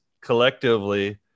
collectively